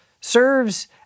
serves